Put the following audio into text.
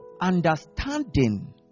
understanding